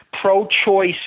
pro-choice